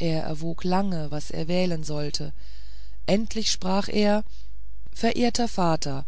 er erwog lange was er wählen sollte endlich sprach er verehrter vater